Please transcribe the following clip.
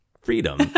freedom